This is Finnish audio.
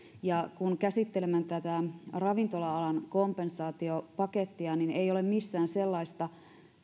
ja kun käsittelemme tätä ravintola alan kompensaatiopakettia niin ei ole missään sellaista